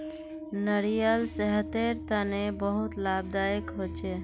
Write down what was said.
नारियाल सेहतेर तने बहुत लाभदायक होछे